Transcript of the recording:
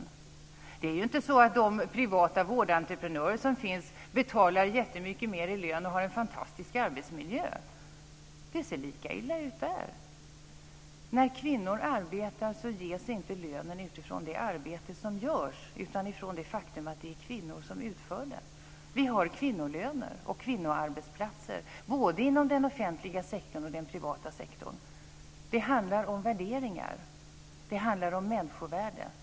Och det är ju inte så att de privata vårdentreprenörer som finns betalar jättemycket mer i lön och erbjuder en fantastisk arbetsmiljö. Det ser lika illa ut där. När kvinnor arbetar betalas inte lönen utifrån det arbete som utförs utan utifrån det faktum att det är kvinnor som utför det. Vi har kvinnolöner och kvinnoarbetsplatser både inom den offentliga sektorn och inom den privata sektorn. Det handlar om värderingar. Det handlar om människovärde.